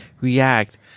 react